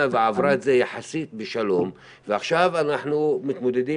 ועברה את זה יחסית בשלום ועכשיו אנחנו מתמודדים